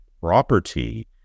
property